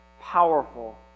powerful